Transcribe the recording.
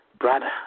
brother